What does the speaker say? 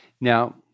Now